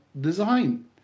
design